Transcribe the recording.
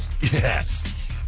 Yes